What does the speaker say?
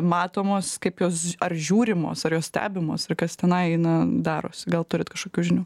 matomos kaip jos ar žiūrimos ar jos stebimos ir kas tenai na darosi gal turit kažkokių žinių